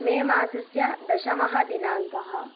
मे मासस्य दशमदिनाङ्कः